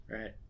Right